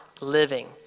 living